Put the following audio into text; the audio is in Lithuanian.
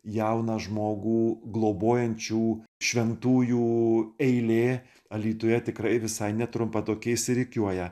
jauną žmogų globojančių šventųjų eilė alytuje tikrai visai netrumpą tokiais rikiuoja